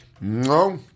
No